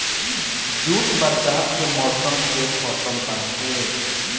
jute बरसात के मौसम कअ फसल बाटे